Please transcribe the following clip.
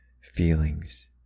feelings